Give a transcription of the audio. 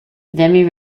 vimy